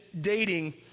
dating